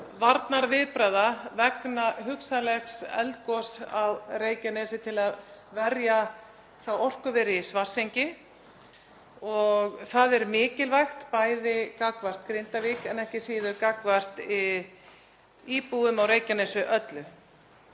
varnarviðbragða vegna hugsanlegs eldgoss á Reykjanesskaga til að verja þá orkuverið í Svartsengi og það er mikilvægt, bæði gagnvart Grindavík en ekki síður gagnvart íbúum á Reykjanesskaga öllum.